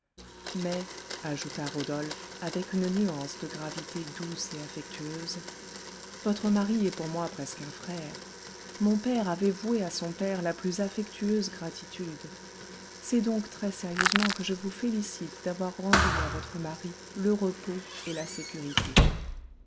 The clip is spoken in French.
mais ajouta rodolphe avec une nuance de gravité douce et affectueuse votre mari est pour moi presque un frère mon père avait voué à son père la plus affectueuse gratitude c'est donc très-sérieusement que je vous félicite d'avoir rendu à votre mari le repos et la sécurité